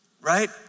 right